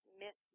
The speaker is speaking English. miss